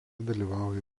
dalyvauja